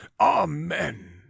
amen